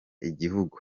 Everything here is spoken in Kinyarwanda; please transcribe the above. igihugu